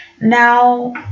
Now